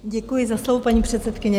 Děkuji za slovo, paní předsedkyně.